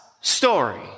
story